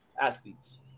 athletes